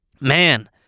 man